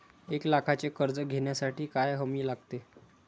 एक लाखाचे कर्ज घेण्यासाठी काय हमी लागते?